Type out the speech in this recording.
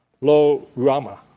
Lo-Rama